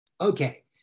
Okay